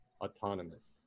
autonomous